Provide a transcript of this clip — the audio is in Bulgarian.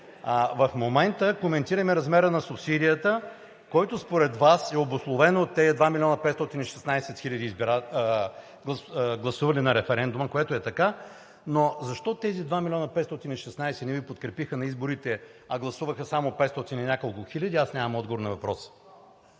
В момента коментираме размера на субсидията, който според Вас е обусловен от тези 2 милиона 516 хиляди гласували на референдума, което е така, но защо тези 2 милиона 516 хиляди не Ви подкрепиха на изборите, а гласуваха само петстотин и няколко хиляди, аз нямам отговор на въпроса.